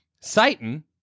Satan